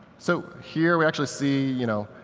so here we actually see, you know,